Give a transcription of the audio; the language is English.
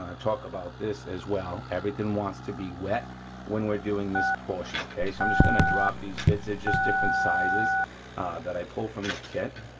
ah talk about this as well, everything wants to be wet when we're doing this portion, okay? so i'm just gonna drop these bits, they're just different sizes that i pulled from the kit,